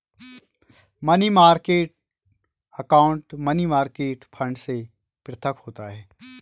money market account money market fund से पृथक होता है